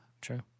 true